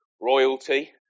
royalty